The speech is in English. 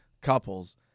couples